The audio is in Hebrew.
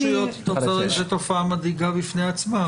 זו תופעה מדאיגה בפני עצמה,